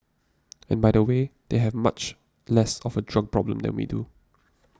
and by the way they have much less of a drug problem than we do